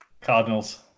Cardinals